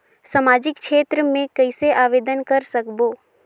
समाजिक क्षेत्र मे कइसे आवेदन कर सकबो?